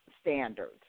standards